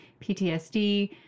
PTSD